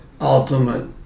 ultimate